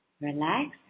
relax